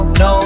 no